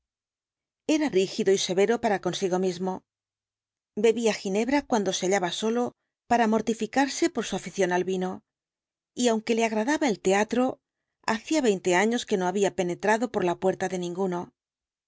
era rígido y severo para consigo mismo be el dr jekyll bía ginebra cuando se hallaba solo para mortificarse por su afición al vino y aunque le agradaba el teatro hacía veinte años que no había penetrado por la puerta de ninguno